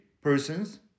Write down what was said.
persons